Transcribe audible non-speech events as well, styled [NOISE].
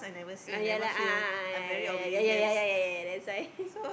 ah ya lah a'ah a'ah ya ya ya ya that's why [LAUGHS]